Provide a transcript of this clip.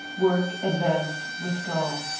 work, advance, withdraw.